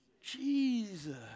Jesus